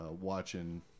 watching